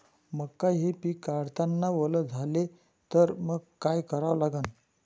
मका हे पिक काढतांना वल झाले तर मंग काय करावं लागन?